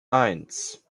eins